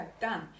done